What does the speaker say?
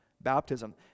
baptism